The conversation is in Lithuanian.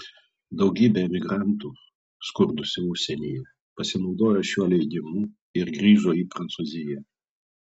daugybė emigrantų skurdusių užsienyje pasinaudojo šiuo leidimu ir grįžo į prancūziją